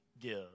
give